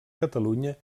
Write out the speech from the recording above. catalunya